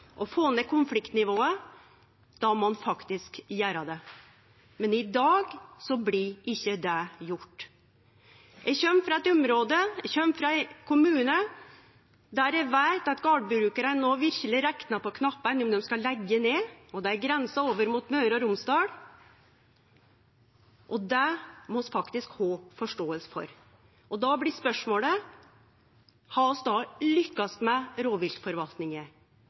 og får ned konfliktnivået, då må ein faktisk gjere det. Men i dag blir det ikkje gjort. Eg kjem frå ei kommune der eg veit at gardbrukarane no verkeleg tel på knappane om dei skal leggje ned – dei grensar over mot Møre og Romsdal – og det må vi faktisk ha forståing for. Då blir spørsmålet: Har vi då lykkast med